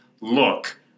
look